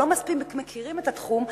שלא מספיק מכירים את התחום,